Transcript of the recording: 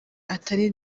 atari